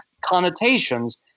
connotations